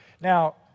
now